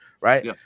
Right